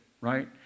right